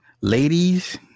Ladies